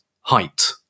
Height